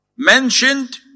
Mentioned